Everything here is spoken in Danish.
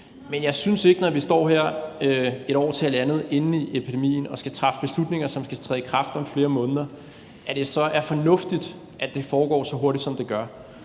Men jeg synes ikke, at det, når vi står her et år, halvandet år inde i epidemien og skal træffe beslutninger, som skal træde i kraft om flere måneder, så er fornuftigt, at det foregår så hurtigt, som det gør.